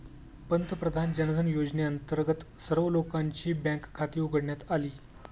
पंतप्रधान जनधन योजनेअंतर्गत सर्व लोकांची बँक खाती उघडण्यात आली